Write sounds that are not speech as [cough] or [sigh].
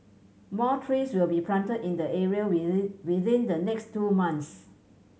more trees will be planted in the area [unintelligible] within the next two months